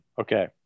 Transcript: Okay